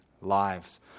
lives